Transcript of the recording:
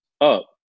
up